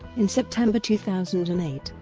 in september two thousand and eight,